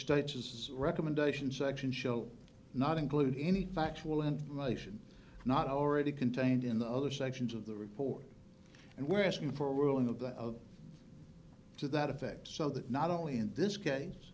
teaches recommendation section shall not include any factual information not already contained in the other sections of the report and we're asking for whirling of the of to that effect so that not only in this case